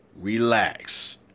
Relax